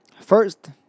First